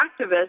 activists